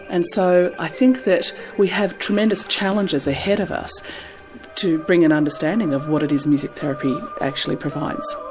and so i think that we have tremendous challenges ahead of us to bring an understanding of what it is music therapy actually provides.